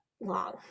long